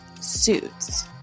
Suits